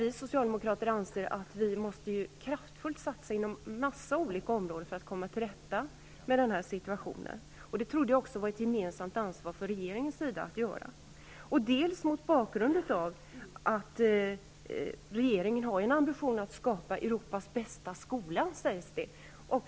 Vi socialdemokrater anser att det måste ske en kraftfull satsning inom många områden för att komma tillrätta med situationen. Det trodde jag var ett gemensamt ansvar från regeringens sida att göra. Det andra skälet är att regeringen, som det sägs, har en ambition att skapa Europas bästa skola.